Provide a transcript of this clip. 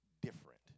different